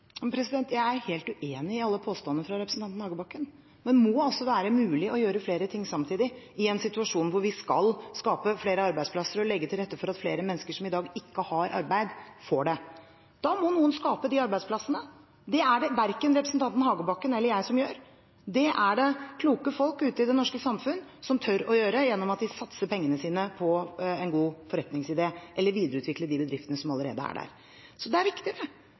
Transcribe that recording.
alle påstandene fra representanten Hagebakken. Det må være mulig å gjøre flere ting samtidig i en situasjon hvor vi skal skape flere arbeidsplasser og legge til rette for at flere mennesker som i dag ikke har arbeid, får det. Da må noen skape de arbeidsplassene. Det er det verken representanten Hagebakken eller jeg som gjør, det er det kloke folk ute i det norske samfunnet som tør å gjøre, gjennom at de satser pengene sine på en god forretningsidé eller videreutvikler de bedriftene som allerede er der. Det er viktig, det.